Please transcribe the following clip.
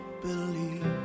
believe